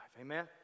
Amen